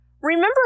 Remember